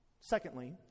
Secondly